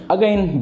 Again